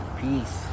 Peace